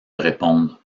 répondre